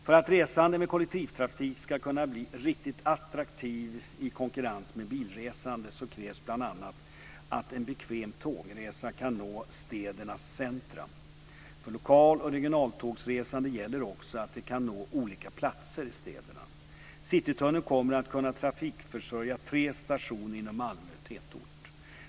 För att resande med kollektivtrafik ska kunna bli riktigt attraktivt i konkurrensen med bilresandet krävs det bl.a. att en bekväm tågresa kan nå städernas centrum. För lokal och regionaltågsresande gäller också att de kan nå olika platser i städerna. Citytunneln kommer att kunna trafikförsörja tre stationer inom Malmö tätort.